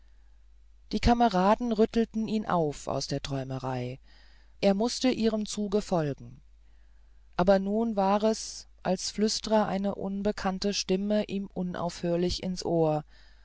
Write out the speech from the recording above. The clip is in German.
die kameraden rüttelten ihn auf aus der träumerei er mußte ihrem zuge folgen aber nun war es als flüstre eine unbekannte stimme ihm unaufhörlich ins ohr